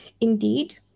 Indeed